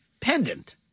pendant